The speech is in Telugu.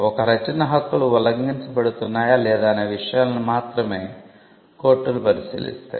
ఒక రచన హక్కులు ఉల్లంఘించబడుతున్నాయా లేదా అనే విషయాలను మాత్రమే కోర్టులు పరిశీలిస్తాయి